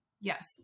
Yes